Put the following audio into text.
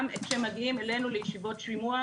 גם כשהם מגיעים אלינו לישיבות שימוע,